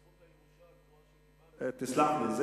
בזכות הירושה הגרועה שקיבלנו, תסלח לי,